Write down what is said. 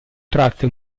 tratte